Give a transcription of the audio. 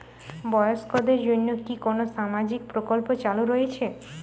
বয়স্কদের জন্য কি কোন সামাজিক প্রকল্প চালু রয়েছে?